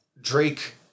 Drake